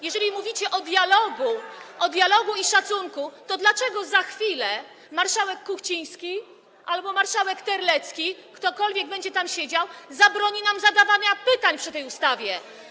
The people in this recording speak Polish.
Jeżeli mówicie o dialogu, o dialogu i szacunku, to dlaczego za chwilę marszałek Kuchciński albo marszałek Terlecki - ktokolwiek będzie tam siedział - zabroni nam zadawania pytań dotyczących tej ustawy?